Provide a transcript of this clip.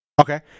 Okay